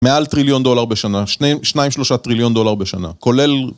מעל טריליון דולר בשנה, שניים-שלושה טריליון דולר בשנה, כולל...